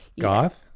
Goth